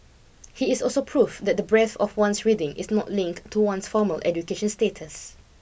he is also proof that the breadth of one's reading is not linked to one's formal education status